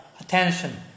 Attention